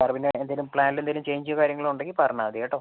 sir പിന്നെ എന്തേലും പ്ലാൻൽ എന്തേലും ചേഞ്ച് കാര്യങ്ങൾ ഉണ്ടെങ്കിൽ പറഞ്ഞാൽ മതി കേട്ടോ